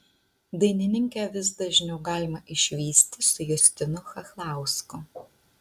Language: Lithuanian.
dainininkę vis dažniau galima išvysti su justinu chachlausku